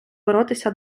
боротися